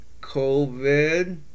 COVID